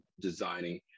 designing